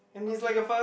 okay